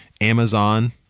Amazon